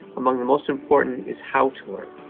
among the most important is how to learn.